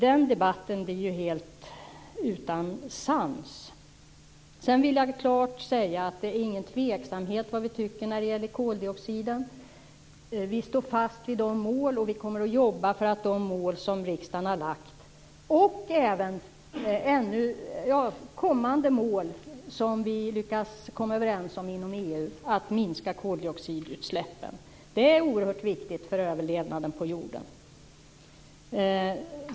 Den debatten blir ju helt utan sans. Sedan vill jag klart säga att det inte råder någon tvekan om vad vi tycker när det gäller koldioxiden. Vi står fast vid och kommer att jobba för de mål som riksdagen har lagt fast, och även kommande mål som vi lyckas komma överens om inom EU, när det gäller att minska koldioxidutsläppen. Det är oerhört viktigt för överlevnaden på jorden.